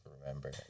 remember